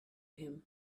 him